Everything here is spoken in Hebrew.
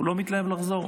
הוא לא מתלהב לחזור,